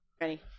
Ready